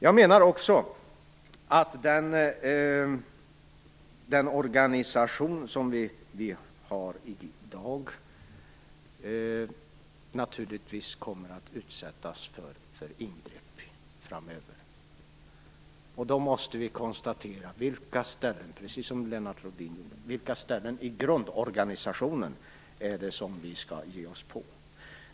Jag menar också att den organisation som vi har i dag naturligtvis kommer att utsättas för ingrepp framöver, och då måste vi, precis som Lennart Rohdin sade, konstatera vilka ställen i grundorganisationen som vi skall ge oss på.